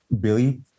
Billy